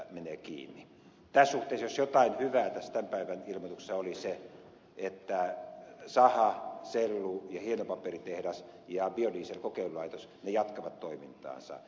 tässä suhteessa jos jotain hyvää tässä tämän päivän ilmoituksessa oli hyvää oli se että saha sellu ja hienopaperitehdas ja biodieselkokeilulaitos jatkavat toimintaansa